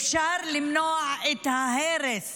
אפשר למנוע את ההרס